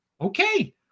Okay